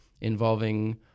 involving